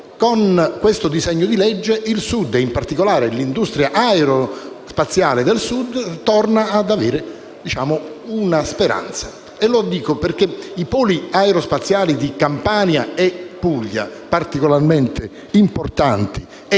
con questo disegno di legge il Sud e, in particolare, l'impresa aerospaziale del Sud tornano a nutrire una speranza. Lo dico perché i poli aerospaziali di Campania e Puglia, particolarmente importanti e